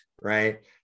right